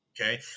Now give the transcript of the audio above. okay